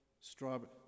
Strawberry